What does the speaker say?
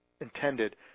intended